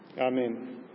Amen